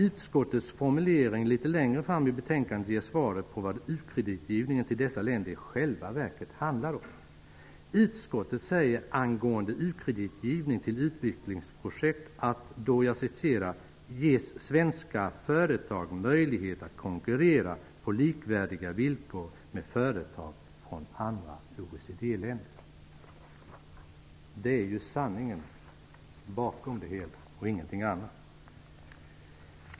Utskottets formulering litet längre fram i betänkandet ger svaret på vad u-kreditgivningen till dessa länder i själva verket handlar om. Utskottet säger angående u-kreditgivning till utvecklingsprojekt att då ''ges svenska företag möjlighet att konkurrera på likvärdiga villkor med företag från andra OECD-länder''. Det är sanningen bakom det hela. Herr talman!